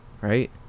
right